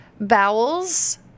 bowels